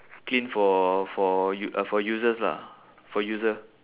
clean for for u~ uh for users lah for user